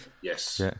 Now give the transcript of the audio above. Yes